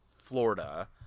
Florida